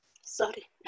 Sorry